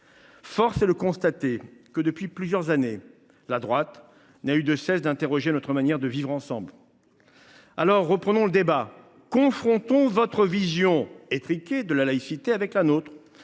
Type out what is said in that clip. Force est de constater que, depuis plusieurs années, la droite ne cesse d’interroger notre manière de vivre ensemble. Alors, reprenons le débat. Confrontons votre vision étriquée de la laïcité à la nôtre